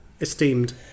esteemed